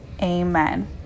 amen